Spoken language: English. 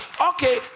Okay